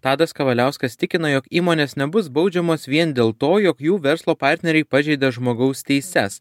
tadas kavaliauskas tikino jog įmonės nebus baudžiamos vien dėl to jog jų verslo partneriai pažeidė žmogaus teises